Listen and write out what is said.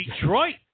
Detroit